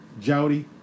Jody